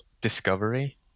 discovery